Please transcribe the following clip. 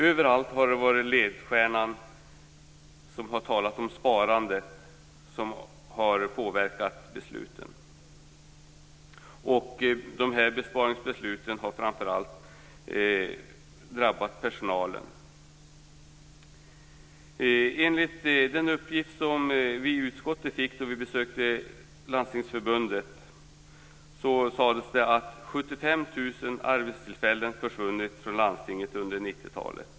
Överallt har den ledstjärna som påverkat besluten varit besparingar, och besparingsbesluten har framför allt drabbat personalen. Enligt uppgift som vi från utskottet fick när vi besökte Landstingsförbundet skulle 75 000 arbetstillfällen ha försvunnit från landstingen under 90-talet.